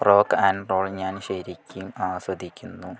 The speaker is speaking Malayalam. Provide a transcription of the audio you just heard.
റോക്ക് ആൻഡ് റോൾ ഞാൻ ശരിക്കും ആസ്വദിക്കുന്നു